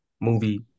movie